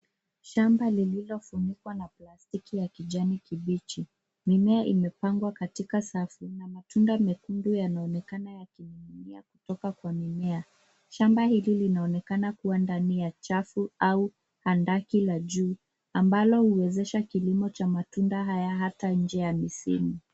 Shamba lilliofunikwa na plastiki ya kijani kibichi. Mimea imepangwa katika safu na matunda mekundu yanaonekana yakininginia kutoka kwa mimea. Shamba hili linaonekana kuwa ndani ya chafu au handaki la juu ambalo huwezesha kilio cha matunda haya hata inje ya misimu.